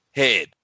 head